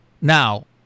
now